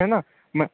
है ना मैं